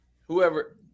whoever